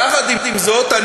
יחד עם זאת,